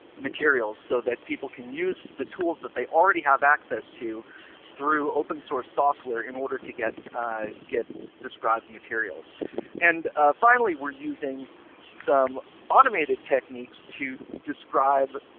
materials so that people can use the tools that they already have access to through open source software in order to get get described materials and finally we are using some automated techniques to describe,